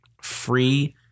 free